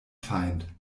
feind